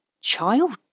child